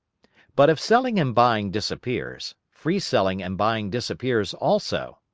but if selling and buying disappears, free selling and buying disappears also.